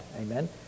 Amen